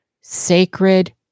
sacred